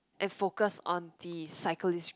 and focus on the cyclist group